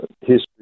history